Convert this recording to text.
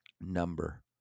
number